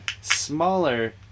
smaller